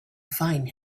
find